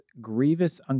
grievous